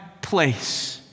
place